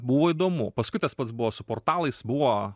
buvo įdomu paskui tas pats buvo su portalais buvo